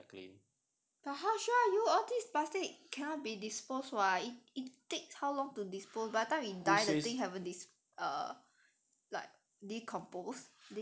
but how sure are you all these plastic cannot be disposed [what] it it takes how long to dispose by the time we die the thing haven't dis~ err like decompose decompose